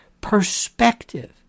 Perspective